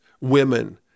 women